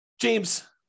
James